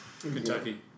Kentucky